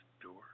door